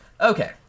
Okay